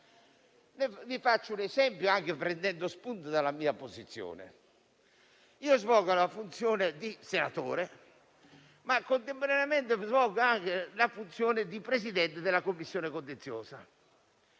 Per fare un esempio, anche prendendo spunto dalla mia posizione, io svolgo la funzione di senatore, ma contemporaneamente anche quella di presidente della commissione contenziosa.